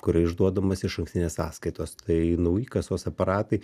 kur išduodamos išankstinės sąskaitos tai nauji kasos aparatai